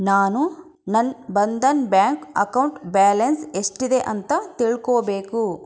ನಾನು ನನ್ನ Bandhan bank account balance ಎಷ್ಟಿದೆ ಅಂತ ತಿಳ್ಕೋಬೇಕು